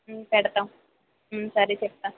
పెడతాం సరే చెప్తా